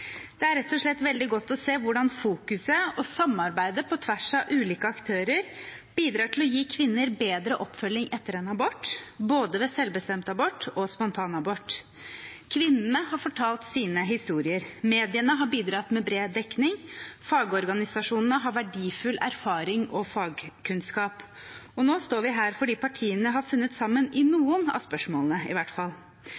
Det er rett og slett veldig godt å se hvordan fokuset og samarbeidet på tvers av ulike aktører bidrar til å gi kvinner bedre oppfølging etter en abort, både ved selvbestemt abort og ved spontanabort. Kvinnene har fortalt sine historier, mediene har bidratt med bred dekning og fagorganisasjonene har verdifull erfaring og fagkunnskap. Og nå står vi her fordi partiene har funnet sammen – i